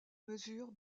mesure